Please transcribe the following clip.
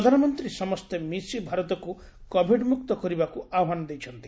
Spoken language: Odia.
ପ୍ରଧାନମନ୍ତୀ ସମସ୍ତେ ମିଶି ଭାରତକୁ କୋଭିଡ୍ମୁକ୍ତ କରିବାକୁ ଆହ୍ବାନ ଦେଇଛନ୍ତି